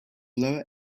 lower